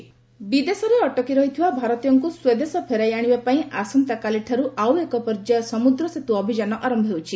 ସମୁଦ୍ର ସେତ୍ ବିଦେଶରେ ଅଟକି ରହିଥିବା ଭାରତୀୟଙ୍କୁ ସ୍ୱଦେଶ ଫେରାଇ ଆଣିବାପାଇଁ ଆସନ୍ତାକାଲିଠାରୁ ଆଉ ଏକ ପର୍ଯ୍ୟାୟ ସମୁଦ୍ର ସେତୁ ଅଭିଯାନ ଆରମ୍ଭ ହେଉଛି